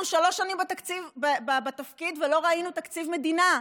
אנחנו שלוש שנים בתפקיד ולא ראינו תקציב מדינה.